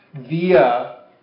via